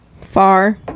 far